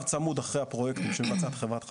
צמוד אחרי הפרויקטים של מצב חברת חשמל.